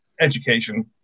education